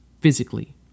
physically